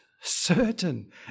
certain